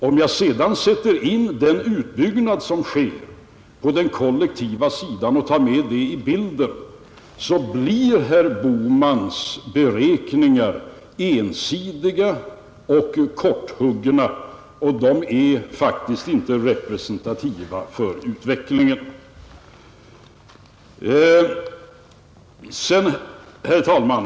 Om jag sedan sätter in i bilden den utbyggnad som sker på den kollektiva sidan, så blir herr Bohmans beräkningar ensidiga och korthuggna. De är faktiskt inte representativa för utvecklingen. Herr talman!